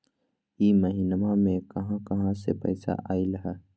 इह महिनमा मे कहा कहा से पैसा आईल ह?